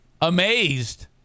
amazed